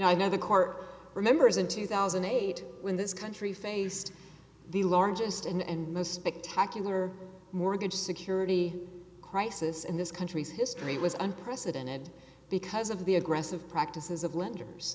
know i know the court remembers in two thousand and eight when this country faced the largest and most spectacular mortgage security crisis in this country's history was unprecedented because of the aggressive practices of lenders